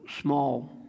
small